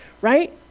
right